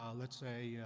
um let's say, yeah